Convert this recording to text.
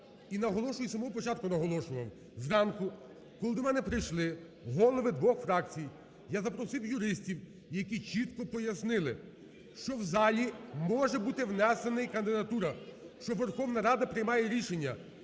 з самого початку наголошував: зранку, коли до мене прийшли голови двох фракцій, я запросив юристів, які чітко пояснили, що в залі може бути внесена кандидатура, що Верховна Рада приймає рішення.